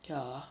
ya